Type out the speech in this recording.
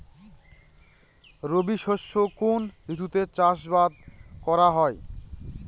রবি শস্য কোন ঋতুতে চাষাবাদ করা হয়?